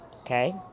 okay